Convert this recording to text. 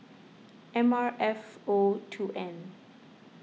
M R F O two N